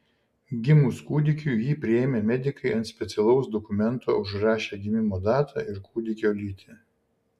gimus kūdikiui jį priėmę medikai ant specialaus dokumento užrašė gimimo datą ir kūdikio lytį